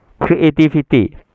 Creativity